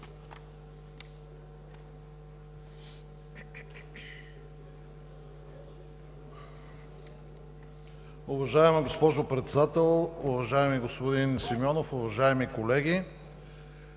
Уважаема госпожо Председател, уважаеми господин Симеонов, уважаеми колеги!